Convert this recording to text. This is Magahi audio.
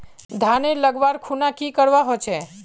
धानेर लगवार खुना की करवा होचे?